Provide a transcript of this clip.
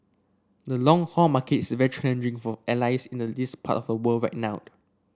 the long haul market is very challenging for airlines in the this part of a world wide now